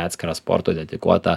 atskirą sportui dedikuotą